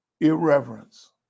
Irreverence